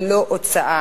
ולא הוצאה.